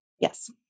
Yes